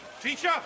Teacher